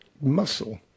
muscle